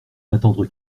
m’attendre